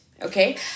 Okay